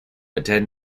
attend